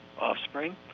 offspring